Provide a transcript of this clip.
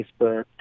Facebook